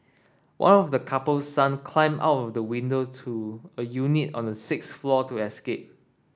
one of the couple's son climbed out of the window to a unit on the sixth floor to escape